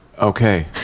Okay